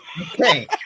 Okay